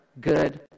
good